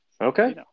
Okay